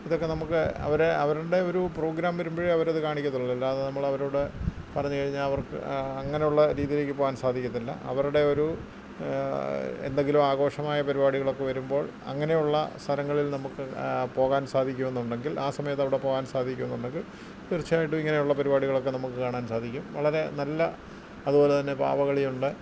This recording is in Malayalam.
ഇതൊക്കെ നമുക്ക് അവരെ അവരുടെ ഒരു പ്രോഗ്രാം വരുമ്പോഴേ അവർ അത് കാണിക്കുള്ളൂ അല്ലാതെ നമ്മൾ അവരോട് പറഞ്ഞു കഴിഞ്ഞാൽ അവർ അങ്ങനെയുള്ള രീതിയിലേക്ക് പോകാൻ സാധിക്കില്ല അവരുടെ ഒരു എന്തെങ്കിലും ആഘോഷമായ പരിപാടികളൊക്കെ വരുമ്പോൾ അങ്ങനെയുള്ള സ്ഥലങ്ങളിൽ നമുക്ക് പോകാൻ സാധിക്കുമെന്നുണ്ടെങ്കിൽ ആ സമയത്ത് അവിടെ പോകാൻ സാധിക്കുമെന്നുണ്ടെങ്കിൽ തീർച്ചയായിട്ടും ഇങ്ങനെയുള്ള പരിപാടികളൊക്കെ നമുക്ക് കാണാൻ സാധിക്കും വളരെ നല്ല അതുപോലെ തന്നെ പാവകളിയുണ്ട്